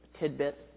tidbit